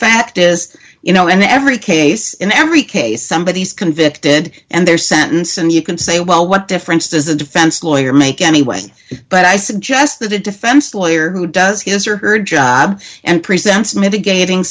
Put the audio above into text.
fact is you know in every case in every case somebody is convicted and their sentence and you can say well what difference does a defense lawyer make anyway but i suggest that a defense lawyer who does his or her job and presents mitigating